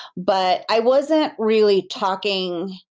but i wasn't really talking.